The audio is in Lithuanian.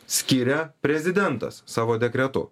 skiria prezidentas savo dekretu